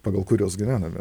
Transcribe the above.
pagal kuriuos gyvename